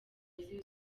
uzwi